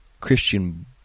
Christian